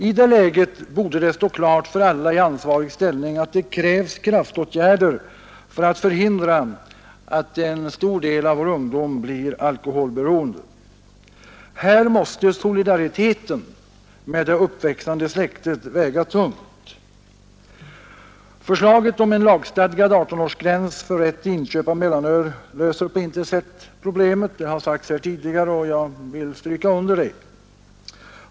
I det läget borde det stå klart för alla i ansvarig ställning att det krävs kraftåtgärder för att förhindra att en stor del av vår ungdom blir alkoholberoende. Här måste solidariteten med det uppväxande släktet väga tungt. Förslaget om en lagstadgad 18-årsgräns för rätt till inköp av mellanöl löser på intet sätt problemet. Det har sagts här tidigare, och jag vill stryka under det.